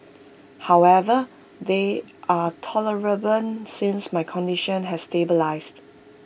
however they are tolerable since my condition has stabilised